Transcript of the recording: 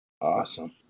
Awesome